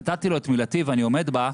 נתתי לו את מילתי ואני עומד בה,